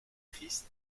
triste